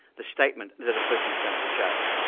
the statement that a person is going to jail,